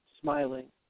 smiling